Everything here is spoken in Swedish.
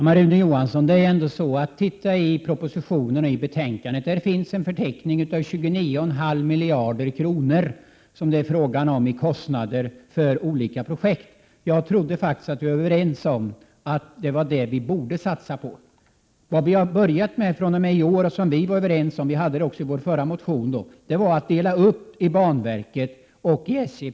Herr talman! I propositionen och betänkandet finns, Rune Johansson, en förteckning som upptar 29,5 miljarder i kostnader för olika projekt. Jag trodde faktiskt att vi var överens om att vi borde satsa på dessa projekt. Vad vi gör i år och som vi nu är överens om — vi hade förslag härom även i vår motion förra året — är att dela upp verksamheten i banverket och affärs-SJ.